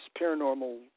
paranormal